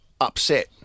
upset